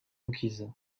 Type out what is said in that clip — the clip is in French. requise